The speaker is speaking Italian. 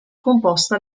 composta